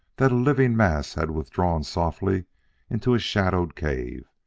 that a living mass had withdrawn softly into a shadowed cave,